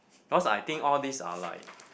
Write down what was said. because I think all these are like